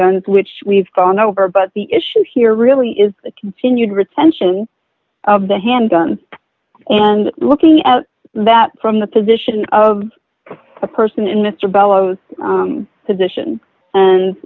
guns which we've gone over but the issue here really is the continued retention of the handgun and looking at that from the position of a person in mr bellows position and